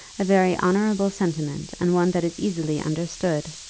a very honourable sentiment, and one that is easily understood.